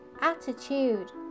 attitude